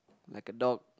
like a dog